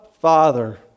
Father